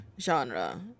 genre